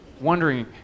wondering